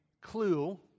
clue